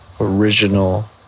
original